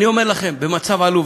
אני אומר לכם, במצב עלוב.